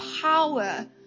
power